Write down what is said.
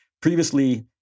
previously